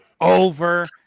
over